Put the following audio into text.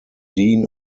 dean